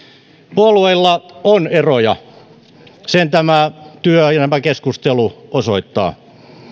puolueilla on eroja sen tämä työelämäkeskustelu osoittaa